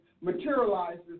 materializes